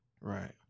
Right